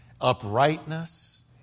Uprightness